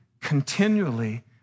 continually